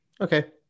Okay